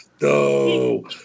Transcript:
No